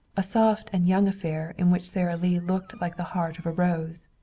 a soft and young affair in which sara lee looked like the heart of a rose.